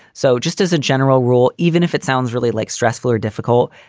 so just as a general rule, even if it sounds really like stressful or difficult,